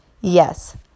Yes